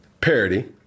Parody